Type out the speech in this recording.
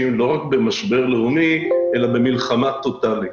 לא רק במשבר לאומי אלא במלחמה טוטלית.